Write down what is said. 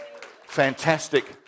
fantastic